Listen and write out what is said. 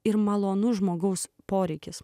ir malonus žmogaus poreikis